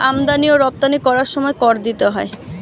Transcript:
আমদানি ও রপ্তানি করার সময় কর দিতে হয়